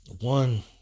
One